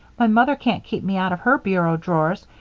my mother can't keep me out of her bureau drawers,